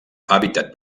hàbitat